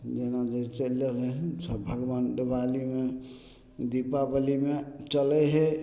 जेना जे चलि रहलियै हन सब भगवान दीबालीमे दीपाबलीमे चलय हइ